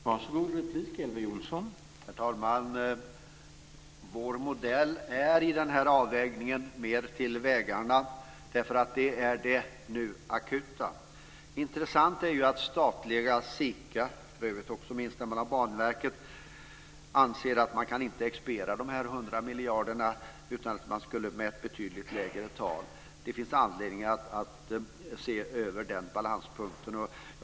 Herr talman! Vår modell i den här avvägningen ger mer till vägarna, för det är det akuta just nu. Intressant är ju att statliga SIKA, för övrigt med instämmande av Banverket, anser att man inte kan expediera de här 100 miljarderna utan att man skulle ha haft betydligt lägre tal. Det finns anledning att se över den här balanspunkten.